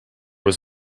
was